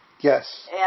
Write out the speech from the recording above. Yes